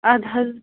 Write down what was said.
اَدٕ حظ